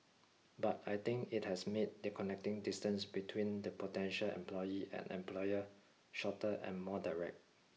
but I think it has made the connecting distance between the potential employee and employer shorter and more direct